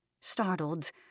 Startled